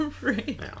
right